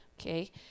Okay